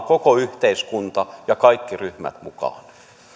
koko yhteiskunta ja kaikki ryhmät mukaan